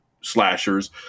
slashers